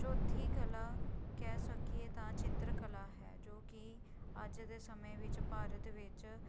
ਚੌਥੀ ਕਲਾ ਕਹਿ ਸਕੀਏ ਤਾਂ ਚਿੱਤਰਕਲਾ ਹੈ ਜੋ ਕਿ ਅੱਜ ਦੇ ਸਮੇਂ ਵਿੱਚ ਭਾਰਤ ਵਿੱਚ